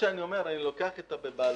לוקח את "בבעלותו"